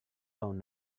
phone